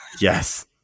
Yes